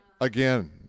Again